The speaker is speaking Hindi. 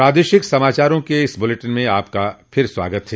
प्रादेशिक समाचारों के इस बुलेटिन में आपका फिर से स्वागत है